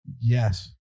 Yes